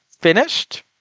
finished